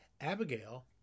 Abigail